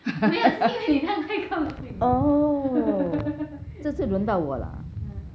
oh 这次轮到我了